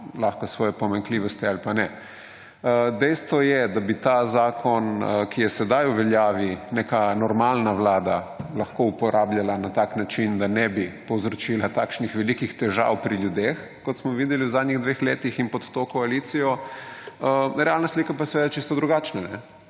lahko svoje pomanjkljivosti ali pa ne. Dejstvo je, da bi ta zakon, ki je sedaj v veljavi, neka normalna vlada lahko uporabljala na tak način, da ne bi povzročila takšnih velikih težav pri ljudeh, kot smo videli v zadnjih dveh letih in pod to koalicijo. Realna slika je pa čist drugačna,